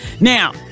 Now